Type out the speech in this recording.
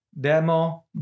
Demo